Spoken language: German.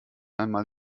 einmal